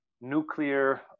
nuclear